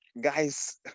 guys